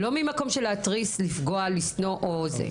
לא ממקום של התרסה, פגיעה או שנאה.